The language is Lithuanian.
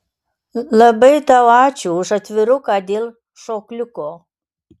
labai tau ačiū už atviruką dėl šokliuko